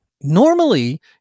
Normally